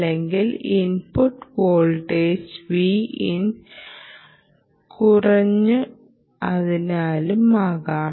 അല്ലെങ്കിൽ input voltage Vin കുറഞ്ഞതിനാലാകാം